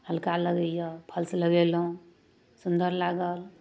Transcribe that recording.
हल्का लगैए फॉल्स लगेलहुँ सुन्दर लागल